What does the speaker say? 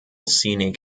scenic